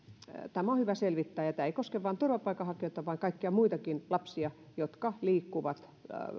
tämä on hyvä selvittää ja tämä ei koske vain turvapaikanhakijoita vaan kaikkia muitakin lapsia jotka liikkuvat